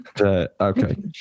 okay